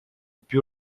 più